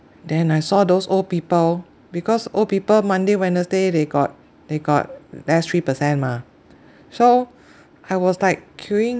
then I saw those old people because old people monday wednesday they got they got less three percent mah so I was like queuing